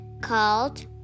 called